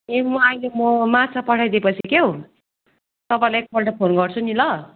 ए म अहिले म माछा पठाइदिए पछि क्या तपाईँलाई एकपल्ट फोन गर्छु नि ल